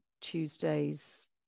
Tuesday's